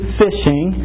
fishing